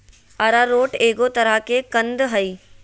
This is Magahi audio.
अरारोट एगो तरह के कंद हइ